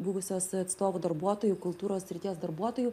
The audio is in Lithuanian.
buvusios atstovų darbuotojų kultūros srities darbuotojų